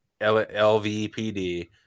LVPD